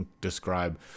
describe